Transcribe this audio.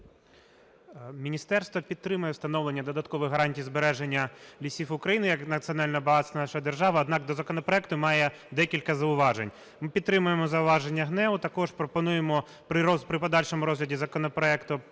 Міністерство підтримує встановлення додаткових гарантій збереження лісів України як національного багатства нашої держави, однак до законопроекту має декілька зауважень. Ми підтримуємо зауваження ГНЕУ. Також пропонуємо при подальшому розгляді законопроекту